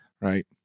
right